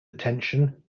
attention